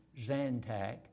Zantac